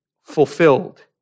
fulfilled